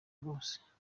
bose